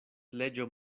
leĝo